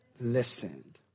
Listened